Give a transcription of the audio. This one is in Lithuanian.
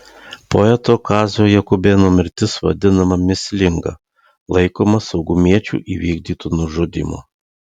poeto kazio jakubėno mirtis vadinama mįslinga laikoma saugumiečių įvykdytu nužudymu